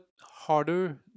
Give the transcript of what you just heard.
harder